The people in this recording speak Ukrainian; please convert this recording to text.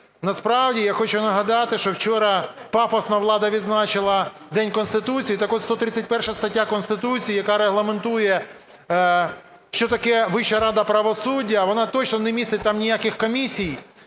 Насправді я хочу нагадати, що вчора пафосно влада відзначила День Конституції. Так от, 131 стаття Конституції, яка регламентує, що таке Вища рада правосуддя, вона точно не містить там ніяких комісій